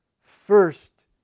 first